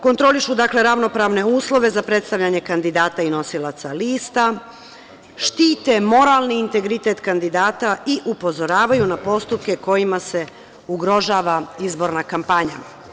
Kontrolišu, dakle, ravnopravne uslove za predstavljanje kandidata i nosilaca lista, štite moralni integritet kandidata i upozoravaju na postupke kojima se ugrožava izborna kampanja.